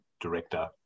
director